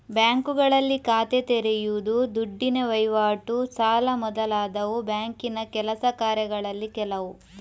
ಬ್ಯಾಂಕುಗಳಲ್ಲಿ ಖಾತೆ ತೆರೆಯುದು, ದುಡ್ಡಿನ ವೈವಾಟು, ಸಾಲ ಮೊದಲಾದವು ಬ್ಯಾಂಕಿನ ಕೆಲಸ ಕಾರ್ಯಗಳಲ್ಲಿ ಕೆಲವು